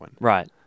Right